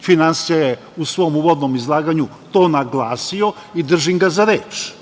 finansija je u svom uvodnom izlaganju to naglasio i držim ga za reč.